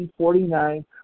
1949